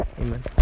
Amen